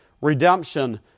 redemption